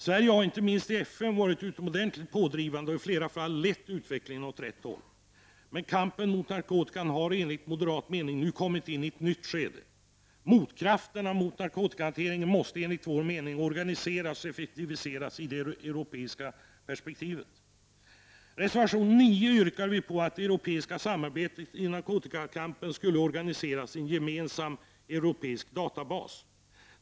Sverige har inte minst i FN varit utomordentligt pådrivande och i flera fall lett utvecklingen åt rätt håll. Men kampen mot narkotikan har enligt moderat mening nu kommit in i ett nytt skede. Motkrafterna mot narkotikahanteringen måste enligt vår mening organiseras och effektiviseras i det europeiska perspektivet. I reservation 9 yrkar vi på att det europeiska samarbetet i narkotikakampen skall organiseras i en gemensam europeisk databas.